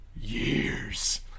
years